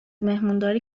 مهمونداری